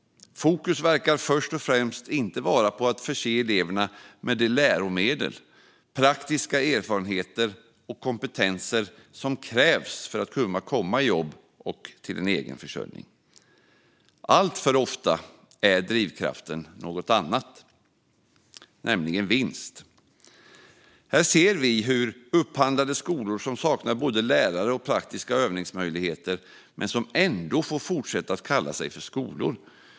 Fokus verkar inte vara på att förse eleverna med de läromedel, praktiska erfarenheter och kompetenser som krävs för att de ska komma i jobb och egen försörjning. Alltför ofta är drivkraften något annat, nämligen vinst. Vi ser upphandlade skolor som saknar både lärare och praktiska övningsmöjligheter men ändå får fortsätta att kalla sig skolor.